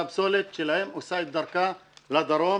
שהפסולת שלהן עושה את דרכה לדרום.